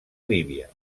líbia